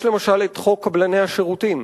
יש, למשל, חוק קבלני השירותים,